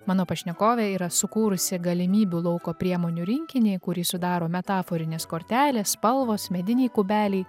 mano pašnekovė yra sukūrusi galimybių lauko priemonių rinkinį kurį sudaro metaforinės kortelės spalvos mediniai kubeliai